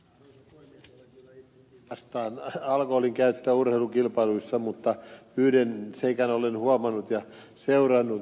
olen kyllä itsekin vastaan alkoholinkäyttöä urheilukilpailuissa mutta yhden seikan olen huomannut ja seurannut